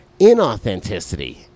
inauthenticity